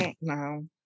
No